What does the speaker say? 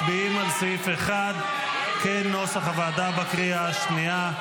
מצביעים על סעיף 1 כנוסח הוועדה בקריאה השנייה.